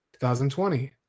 2020